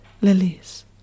lilies